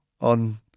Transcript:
on